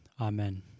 Amen